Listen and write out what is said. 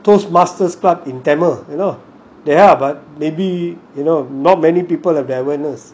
toast masters club in tamil you know there are but maybe you know not many people have their awareness